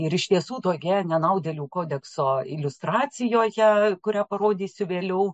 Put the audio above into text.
ir iš tiesų tokioje nenaudėlių kodekso iliustracijoje kurią parodysiu vėliau